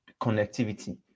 connectivity